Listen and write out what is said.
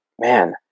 man